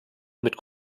mit